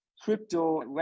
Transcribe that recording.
Crypto